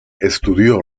estudió